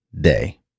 Day